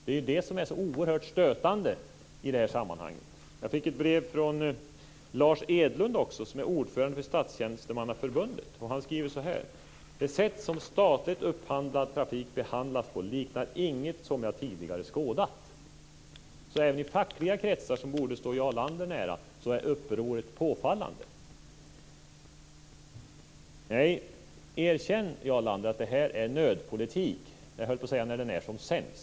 Det är ju detta som är så oerhört stötande i sammanhanget! Jag fick också ett brev från Lars Edlund i Statstjänstemannaförbundet. Han skrev att det sätt som statligt upphandlad trafik behandlas på inte liknar någonting han tidigare har skådat. Så även i fackliga kretsar, som borde stå Jarl Lander nära, är upproret påfallande. Nej, erkänn att detta är nödpolitik, Jarl Lander! Och det är nödpolitik när den är som sämst, höll jag på att säga.